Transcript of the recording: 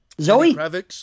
Zoe